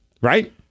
right